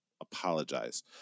apologize